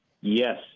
Yes